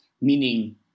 meaning